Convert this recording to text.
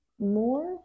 more